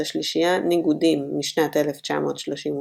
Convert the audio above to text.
את השלישייה "ניגודים" משנת 1938,